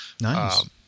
Nice